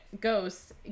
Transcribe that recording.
ghosts